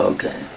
Okay